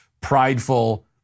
prideful